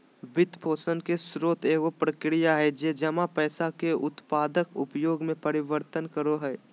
वित्तपोषण के स्रोत एगो प्रक्रिया हइ जे जमा पैसा के उत्पादक उपयोग में परिवर्तन करो हइ